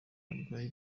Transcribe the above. barwaye